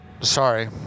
Sorry